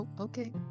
okay